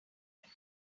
line